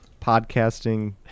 podcasting